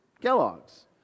Kellogg's